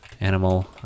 animal